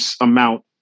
amount